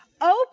Open